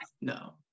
No